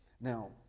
Now